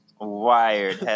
wired